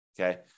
Okay